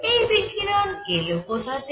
এই বিকিরণ এলো কোথা থেকে